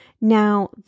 Now